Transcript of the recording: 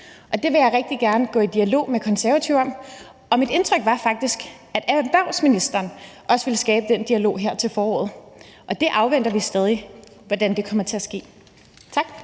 Det vil jeg rigtig gerne gå i dialog med De Konservative om. Og mit indtryk var faktisk, at erhvervsministeren også ville skabe den dialog her til foråret. Vi afventer stadig, hvordan det kommer til at ske. Tak.